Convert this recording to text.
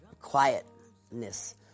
quietness